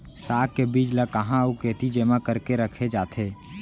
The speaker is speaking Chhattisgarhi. साग के बीज ला कहाँ अऊ केती जेमा करके रखे जाथे?